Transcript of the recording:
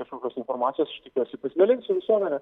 kažkokios informacijos aš tikiuosi pasidalins su visuomene